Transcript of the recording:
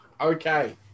okay